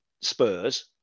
Spurs